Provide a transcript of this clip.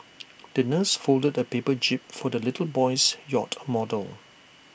the nurse folded A paper jib for the little boy's yacht model